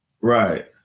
right